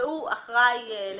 שהוא אחראי לפקוח.